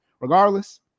regardless